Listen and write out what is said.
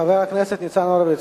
חבר הכנסת ניצן הורוביץ,